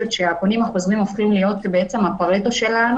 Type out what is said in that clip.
שהפונים החוזרים הופכים להיות הפארטו שלו,